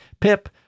Pip